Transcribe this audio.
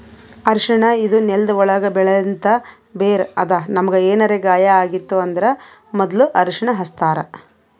ಅರ್ಷಿಣ ಇದು ನೆಲ್ದ ಒಳ್ಗ್ ಬೆಳೆಂಥ ಬೇರ್ ಅದಾ ನಮ್ಗ್ ಏನರೆ ಗಾಯ ಆಗಿತ್ತ್ ಅಂದ್ರ ಮೊದ್ಲ ಅರ್ಷಿಣ ಹಚ್ತಾರ್